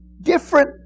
different